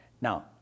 Now